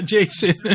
Jason